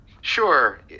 Sure